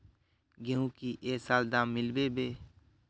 गेंहू की ये साल दाम मिलबे बे?